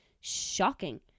shocking